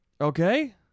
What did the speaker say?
Okay